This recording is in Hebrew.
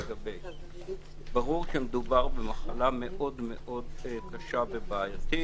ברור שמדובר במחלה מאוד מאוד קשה ובעייתית.